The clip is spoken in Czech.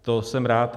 To jsem rád.